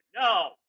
No